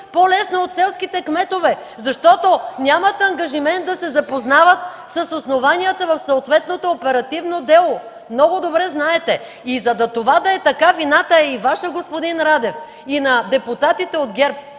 по-лесно от селските кметове, защото нямат ангажимент да се запознават с основанията на съответното оперативно дело. Много добре знаете. И това, за да е така, вината е и Ваша, господин Радев, и на депутатите от ГЕРБ,